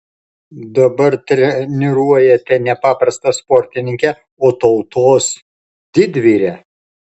dabar treniruojate ne paprastą sportininkę o tautos didvyrę